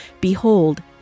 Behold